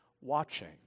watching